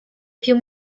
più